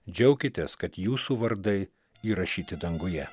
džiaukitės kad jūsų vardai įrašyti danguje